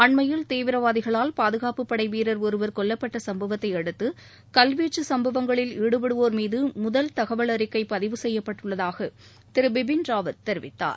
அண்மையில் தீவிரவாதிகளால் பாதுகாப்பு படை வீரர் ஒருவர் கொல்லப்பட்ட சம்பவத்தை அடுத்து கல்வீச்சு சும்பவங்களில் ஈடுபடுவோர் மீது முதல் தகவல் அறிக்கை பதிவு செய்யப்பட்டுள்ளதாக திரு பிபின் ராவத் தெரிவித்தார்